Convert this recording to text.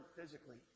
physically